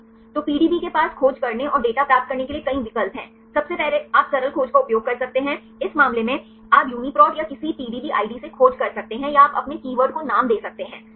तो पीडीबी के पास खोज करने और डेटा प्राप्त करने के लिए कई विकल्प हैं सबसे पहले आप सरल खोज का उपयोग कर सकते हैं इस मामले में आप यूनीप्रोट या किसी पीडीबी आईडी से खोज कर सकते हैं या आप अपने कीवर्ड को नाम दे सकते हैं सही